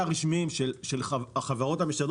הרשמיים של החברות המשדרות בערוצי השידור.